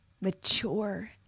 mature